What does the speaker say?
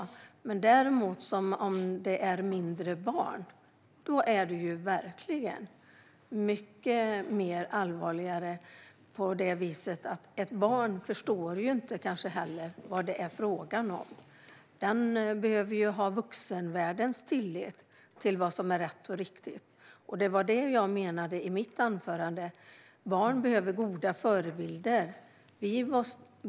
Är det däremot fråga om mindre barn är det mycket mer allvarligt på så sätt att ett barn inte förstår vad det är fråga om. Barnet behöver tillit till vuxenvärlden om vad som är rätt och riktigt. Det var vad jag menade i mitt anförande. Barn behöver goda förebilder.